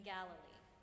Galilee